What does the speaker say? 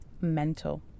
mental